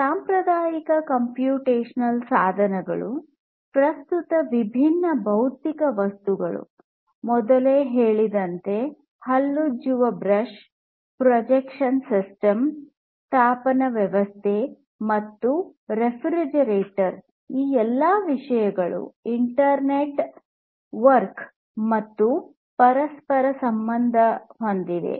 ಸಾಂಪ್ರದಾಯಿಕ ಕಂಪ್ಯೂಟೇಶನಲ್ ಸಾಧನಗಳು ಪ್ರಸ್ತುತ ವಿಭಿನ್ನ ಭೌತಿಕ ವಸ್ತುಗಳು ಮೊದಲೇ ಹೇಳಿದಂತೆ ಹಲ್ಲುಜ್ಜುವ ಬ್ರಷ್ ಪ್ರೊಜೆಕ್ಷನ್ ಸಿಸ್ಟಮ್ ತಾಪನ ವ್ಯವಸ್ಥೆ ಮತ್ತು ರೆಫ್ರಿಜರೇಟರ್ ಈ ಎಲ್ಲಾ ವಿಷಯಗಳು ಇಂಟರ್ ನೆಟ್ವರ್ಕ್ ಮತ್ತು ಪರಸ್ಪರ ಸಂಬಂಧ ಹೊಂದಿವೆ